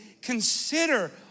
Consider